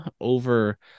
over